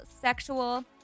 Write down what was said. sexual